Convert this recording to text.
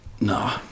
no